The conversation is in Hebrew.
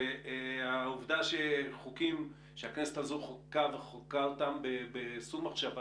העובדה שחוקים שהכנסת הזאת חוקקה בהרבה מחשבה